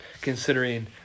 considering